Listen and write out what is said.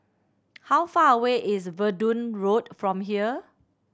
how far away is Verdun Road from here